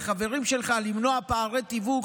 למנוע פערי תיווך,